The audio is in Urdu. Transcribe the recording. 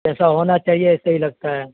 جیسا ہونا چاہیے ایسا ہی لگتا ہے